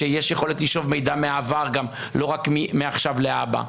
שיש יכולת לשאוב גם מידע מהעבר לא רק מעכשיו ולהבא?